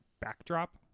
backdrop